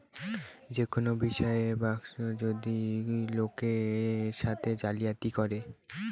যে কোনো বিষয়ে ব্যাঙ্ক যদি লোকের সাথে জালিয়াতি করে